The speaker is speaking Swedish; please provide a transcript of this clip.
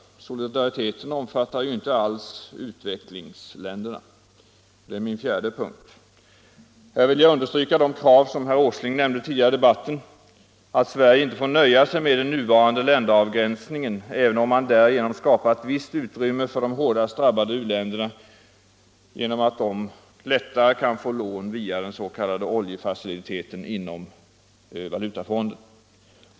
Solidariteten omfattar ju inte alls utvecklingsländerna. Här vill jag understryka de krav som herr Åsling nämnde tidigare i debatten, nämligen att Sverige inte får nöja sig med den nuvarande länderavgränsningen, även om man där skapar ett visst utrymme för de hårdast drabbade u-länderna genom att de lättare kan få lån via den s.k. oljefaciliteten inom valutafonden.